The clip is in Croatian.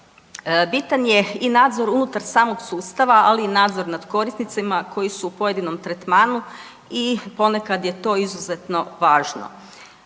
Bitan je i nadzor unutar samog sustava, ali i nadzor nad korisnicima koji su u pojedinom tretmanu i ponekad je to izuzetno važno.